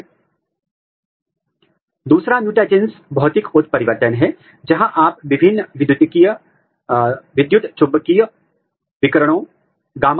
यह महत्वपूर्ण है क्योंकि यदि प्रोब का आकार बहुत अधिक है तो यह ठीक से संकरण के समय ऊतकों में नहीं जाएगा